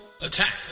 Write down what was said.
Attack